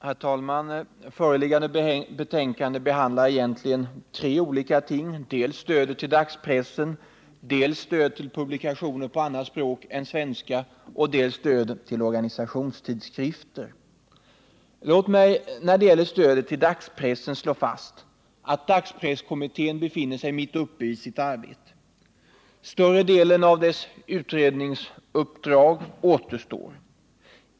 Herr talman! Föreliggande betänkande behandlar tre olika ting: dels stöd till dagspressen, dels stöd till publikationer på annat språk än svenska och dels stöd till organisationstidskrifter. Låt mig när det gäller stödet till dagspressen påpeka att dagspresskommittén befinner sig mitt uppe i sitt arbete. Större delen av dess utredningsuppdrag återstår.